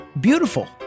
beautiful